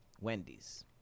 Wendy's